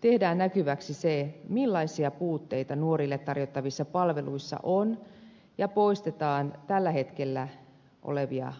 tehdään näkyväksi se millaisia puutteita nuorille tarjottavissa palveluissa on ja poistetaan tällä hetkellä olevia aukkoja